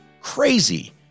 crazy